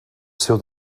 seu